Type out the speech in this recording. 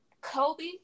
Kobe